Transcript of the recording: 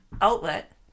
outlet